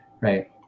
right